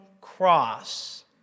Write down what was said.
cross